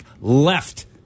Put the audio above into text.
left